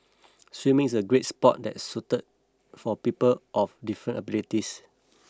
swimming is a great sport that is suited for people of different abilities